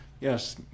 Yes